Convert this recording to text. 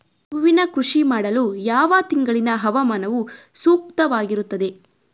ಹೂವಿನ ಕೃಷಿ ಮಾಡಲು ಯಾವ ತಿಂಗಳಿನ ಹವಾಮಾನವು ಸೂಕ್ತವಾಗಿರುತ್ತದೆ?